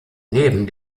neben